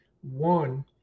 one